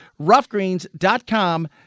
Roughgreens.com